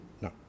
No